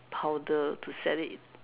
powder to set it